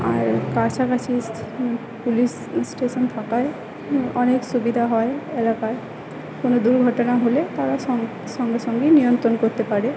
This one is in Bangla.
আর কাছাকাছি পুলিশ স্টেশান থাকায় অনেক সুবিধা হয় এলাকায় কোনো দুর্ঘটনা হলে তারা সঙ্গে সঙ্গেই নিয়ন্ত্রন করতে পারে